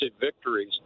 victories